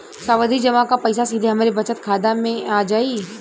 सावधि जमा क पैसा सीधे हमरे बचत खाता मे आ जाई?